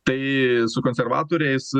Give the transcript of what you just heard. tai su konservatoriais